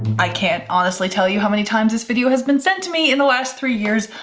i can't honestly tell you how many times this video has been sent to me in the last three years,